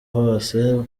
hose